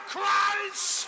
Christ